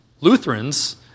Lutherans